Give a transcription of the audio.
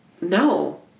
No